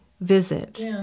visit